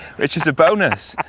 which is a bonus